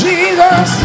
Jesus